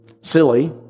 silly